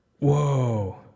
Whoa